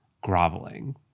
groveling